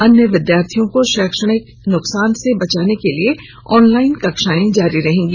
अन्य विद्यार्थियों को शैक्षणिक नुकसान से बचाने के लिए ऑनलाइन कक्षाएं जारी रहेगी